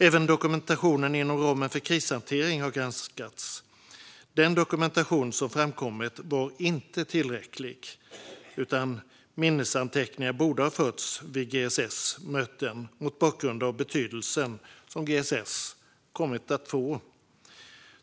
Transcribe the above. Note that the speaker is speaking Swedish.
Även dokumentationen inom ramen för krishanteringen har granskats. Den dokumentation som framkommit var inte tillräcklig, utan minnesanteckningar borde ha förts vid GSS möten mot bakgrund av den betydelse som GSS kom att få.